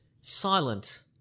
Silent